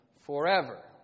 forever